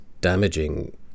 damaging